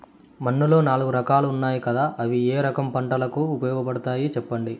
మన్నులో నాలుగు రకాలు ఉన్నాయి కదా అవి ఏ రకం పంటలకు ఉపయోగపడతాయి చెప్పండి?